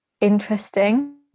interesting